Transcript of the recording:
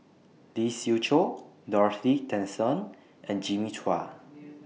Lee Siew Choh Dorothy Tessensohn and Jimmy Chua